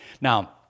Now